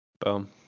boom